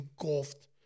engulfed